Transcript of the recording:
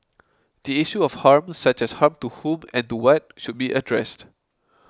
the issue of harm such as harm to whom and to what should be addressed